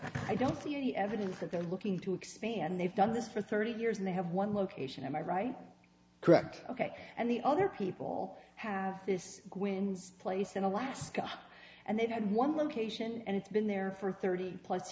i don't see any evidence that they're looking to expand they've done this for thirty years and they have one location am i right correct ok and the other people have this when place in alaska and they've had one location and it's been there for thirty plus